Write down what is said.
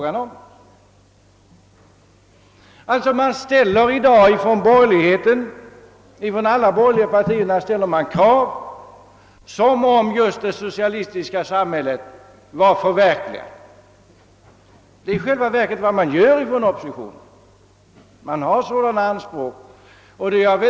Alla borgerliga partier reser i dag krav som om det socialistiska samhället var förverkligat.